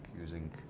using